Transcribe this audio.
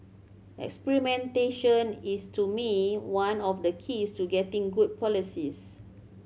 experimentation is to me one of the keys to getting good policies